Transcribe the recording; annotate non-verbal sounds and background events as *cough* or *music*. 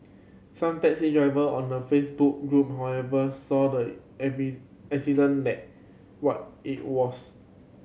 some taxi driver on the Facebook group however saw the *unintelligible* accident *unintelligible* what it was